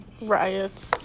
Riots